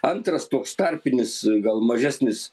antras toks tarpinis gal mažesnis